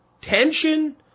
tension